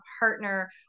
partner